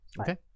Okay